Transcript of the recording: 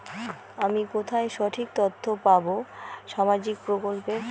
আমি কোথায় সঠিক তথ্য পাবো সামাজিক প্রকল্পের?